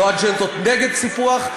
לא אג'נדות נגד סיפוח,